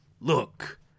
look